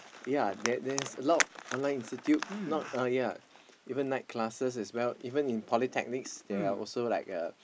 ya there there's a lot online institute not that ya even night classes as well even in polytechnics they are also like a